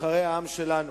נבחרי העם שלנו.